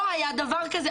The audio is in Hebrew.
לא היה דבר כזה,